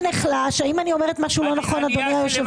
האם אני אומרת משהו לא נכון, אדוני היושב-ראש?